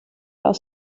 aus